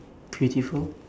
prettiful